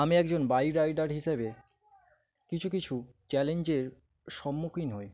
আমি একজন bike rider হিসেবে কিছু কিছু চ্যালেঞ্জের সম্মুখীন হই